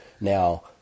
Now